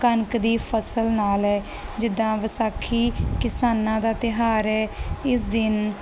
ਕਣਕ ਦੀ ਫਸਲ ਨਾਲ ਹੈ ਜਿੱਦਾਂ ਵਿਸਾਖੀ ਕਿਸਾਨਾਂ ਦਾ ਤਿਉਹਾਰ ਹੈ ਇਸ ਦਿਨ